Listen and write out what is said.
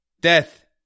Death